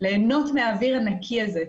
ליהנות מהאוויר הנקי הזה,